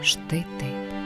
štai taip